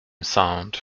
sound